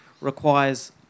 requires